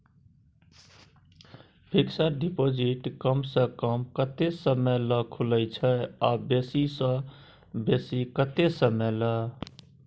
Fixed deposit कम स कम कत्ते समय ल खुले छै आ बेसी स बेसी केत्ते समय ल?